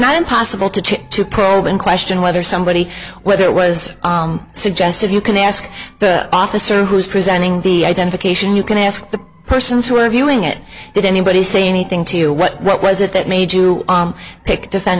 not impossible to to to probe and question whether somebody whether it was suggestive you can ask the officer who's presenting the identification you can ask the persons who are viewing it did anybody say anything to you what what was it that made you pick the defend